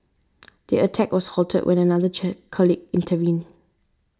the attack was halted when another colleague intervened